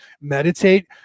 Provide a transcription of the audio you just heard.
meditate